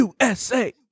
USA